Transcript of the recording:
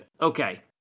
Okay